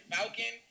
Falcon